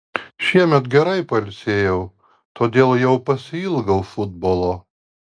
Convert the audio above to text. šiemet gerai pailsėjau todėl jau pasiilgau futbolo